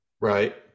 Right